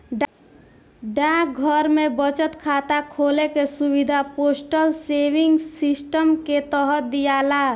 डाकघर में बचत खाता खोले के सुविधा पोस्टल सेविंग सिस्टम के तहत दियाला